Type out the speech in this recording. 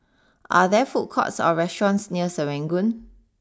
are there food courts or restaurants near Serangoon